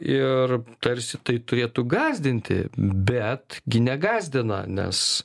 ir tarsi tai turėtų gąsdinti bet gi negąsdina nes